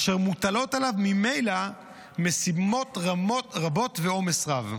אשר מוטלים עליו ממילא משימות רבות ועומס רב,